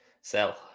Sell